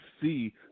see